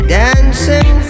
dancing